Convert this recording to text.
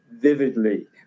vividly